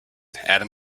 adam